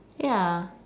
ya